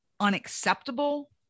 unacceptable